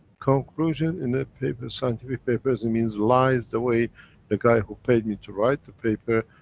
conclusion in a paper, scientific papers, it means, lies the way the guy who paid me to write the paper,